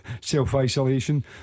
self-isolation